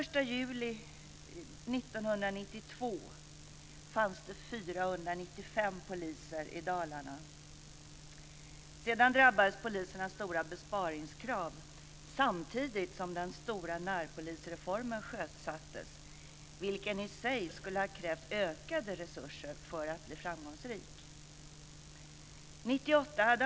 Sedan drabbades polisen av stora besparingskrav samtidigt som den stora närpolisreformen sjösattes, vilken i sig skulle ha krävt ökade resurser för att bli framgångsrik.